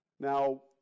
Now